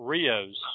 Rio's